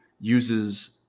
uses